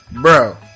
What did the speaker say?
Bro